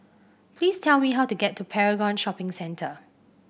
please tell me how to get to Paragon Shopping Centre